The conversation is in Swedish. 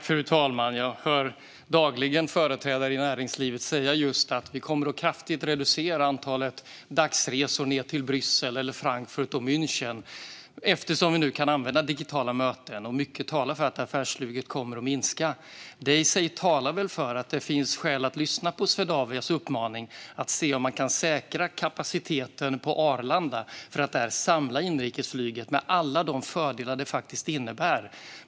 Fru talman! Jag hör dagligen företrädare för näringslivet säga just: Vi kommer att kraftigt reducera antalet dagsresor ned till Bryssel, Frankfurt eller München eftersom vi nu kan använda digitala möten. Mycket talar för att affärsflyget kommer att minska. Det i sig talar väl för att det finns skäl att lyssna på Swedavias uppmaning att se om man kan säkra kapaciteten på Arlanda för att där samla inrikesflyget med alla de fördelar det faktiskt innebär.